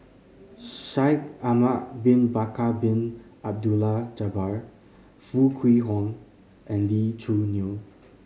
Shaikh Ahmad Bin Bakar Bin Abdullah Jabbar Foo Kwee Horng and Lee Choo Neo